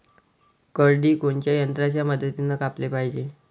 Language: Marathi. करडी कोनच्या यंत्राच्या मदतीनं कापाले पायजे?